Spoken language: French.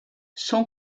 son